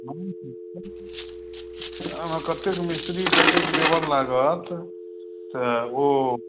एहिमे कतेक मिस्त्री कतेक लेबर लागत तऽ ओ